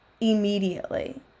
immediately